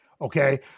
Okay